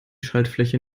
schaltfläche